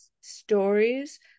stories